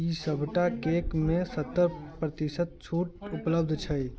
की सभटा केकमे सत्तर पर्तिशत छूट उपलब्ध छै